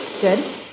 Good